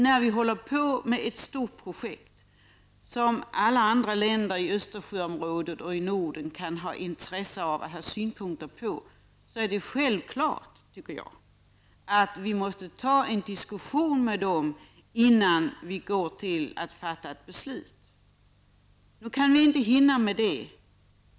När vi håller på med ett stort projekt, som alla andra länder i Östersjöområdet och i Norden kan ha synpunkter på, tycker jag att det är självklart att vi måste ha en diskussion med dem innan vi går att fatta beslut. Nu hinner vi inte med det.